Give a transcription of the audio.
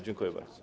Dziękuję bardzo.